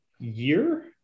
year